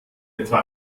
etwa